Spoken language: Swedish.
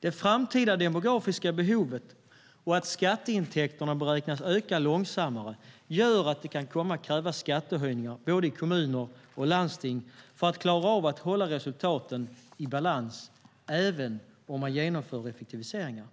Det framtida demografiska behovet och att skatteintäkterna beräknas öka långsammare gör att det kan komma att krävas skattehöjningar både i kommuner och i landsting för att klara av att hålla resultaten i balans, även om man genomför effektiviseringar.